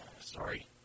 Sorry